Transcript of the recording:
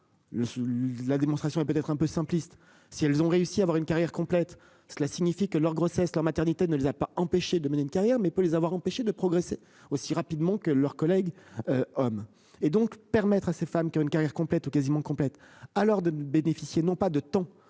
La démonstration est peut-être un peu simpliste. Si elles ont réussi à avoir une carrière complète. Cela signifie que leur grossesse, leur maternité ne les a pas empêchés de mener une carrière mais peut les avoir empêchés de progresser aussi rapidement que leurs collègues hommes et donc permettre à ces femmes qui ont une carrière complète au quasiment complète à l'heure de ne bénéficier non pas de temps